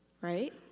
right